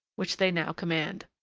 which they now command.